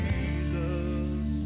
Jesus